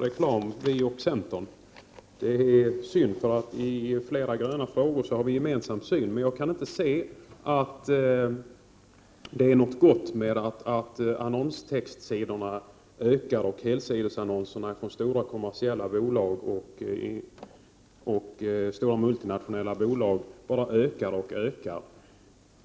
reklam. Det är synd, för i flera ”gröna” frågor har vi gemensam syn. Jag kan inte se att det är något gott med att annonstextsidorna ökar och att helsidesannonserna för stora kommersiella bolag och stora multinationella bolag bara ökar och ökar.